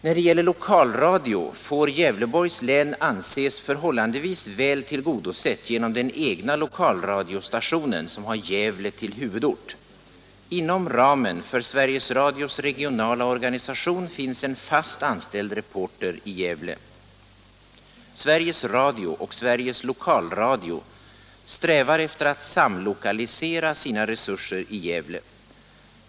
När det gäller lokalradio får Gävleborgs län anses förhållandevis väl tillgodosett genom den egna lokalradiostationen, som har Gävle till huvudort. Inom ramen för Sveriges Radios regionala organisation finns en fast anställd reporter i Gävle. Sveriges Radio och Sveriges Lokalradio strävar efter att samlokalisera sina resurser i Gävle.